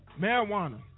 marijuana